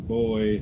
boy